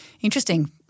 Interesting